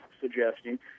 suggesting